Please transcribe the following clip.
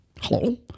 Hello